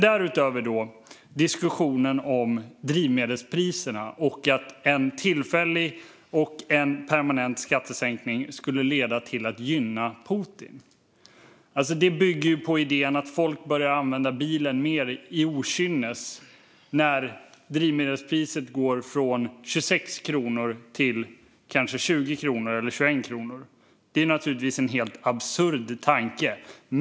Därutöver har vi diskussionen om drivmedelspriserna och att en tillfällig och en permanent skattesänkning skulle leda till att Putin gynnas. Detta bygger på idén att folk börjar använda bilen mer av okynne när drivmedelspriset går från 26 kronor till kanske 20 eller 21 kronor. Det är naturligtvis en helt absurd tanke.